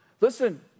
Listen